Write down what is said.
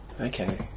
Okay